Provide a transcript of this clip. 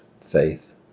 faith